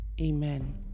amen